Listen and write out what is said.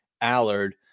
Allard